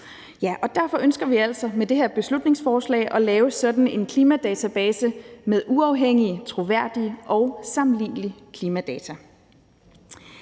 Derfor ønsker vi altså med det her beslutningsforslag at lave sådan en klimadatabase med uafhængige, troværdige og sammenlignelige klimadata.